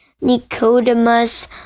Nicodemus